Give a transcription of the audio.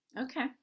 okay